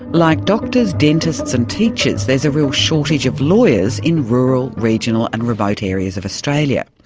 like doctors, dentists and teachers, there's a real shortage of lawyers in rural, regional and remote areas of australia,